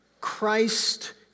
Christ